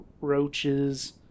roaches